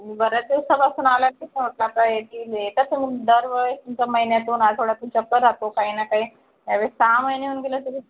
बऱ्याच दिवसापासून आलातच नाही म्हटलं आता येतील येतंच नाही दरवेळेस तुमचा महिन्यातून आठवड्यातून चक्कर राहतो काही ना काही यावेळेस सहा महिने होऊन गेले तरी